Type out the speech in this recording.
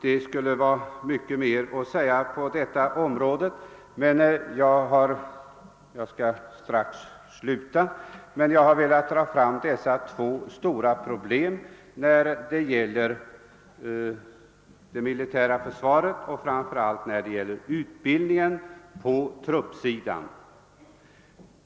Det skulle vara mycket mera att tillägga men jag skall strax sluta. Jag har velat ta upp dessa två stora problem beträffande det militära försvaret, som främst rör utbildningen på förbanden.